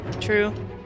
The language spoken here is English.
True